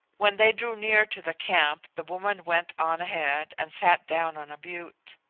when they drew near to the camp the woman went on ahead and sat down on a butte.